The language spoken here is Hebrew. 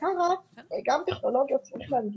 גם טכנולוגיה צריך להנגיש.